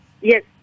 yes